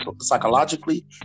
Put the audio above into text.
psychologically